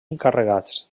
encarregats